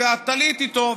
הטלית איתו.